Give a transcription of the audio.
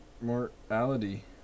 mortality